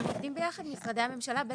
אבל אתם עובדים ביחד, משרדי הממשלה.